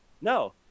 No